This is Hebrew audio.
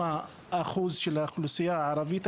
של האוכלוסייה הערבית במקרי הטביעות.